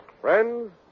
Friends